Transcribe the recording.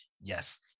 yes